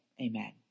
amen